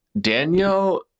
Daniel